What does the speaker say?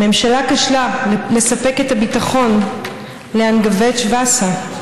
הממשלה כשלה בלספק את הביטחון לאנגווץ וואסה,